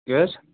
کیٛاہ حظ